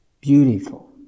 beautiful